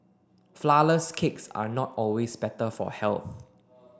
flourless cakes are not always better for health